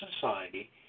society